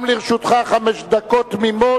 גם לרשותך חמש דקות תמימות,